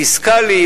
פיסקלי,